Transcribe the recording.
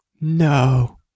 No